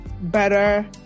better